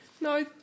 No